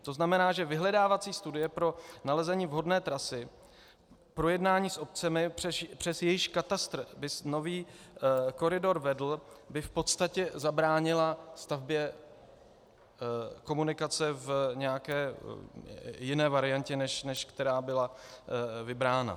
To znamená, že vyhledávací studie pro nalezení vhodné trasy, projednání s obcemi, přes jejichž katastr by nový koridor vedl, by v podstatě zabránila stavbě komunikace v nějaké jiné variantě, než která byla vybrána.